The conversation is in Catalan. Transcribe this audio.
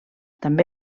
també